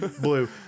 blue